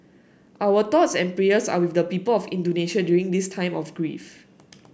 our thoughts and prayers are with the people of Indonesia during this time of grief